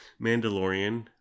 Mandalorian